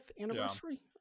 anniversary